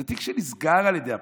זה תיק שנסגר על ידי הפרקליטות,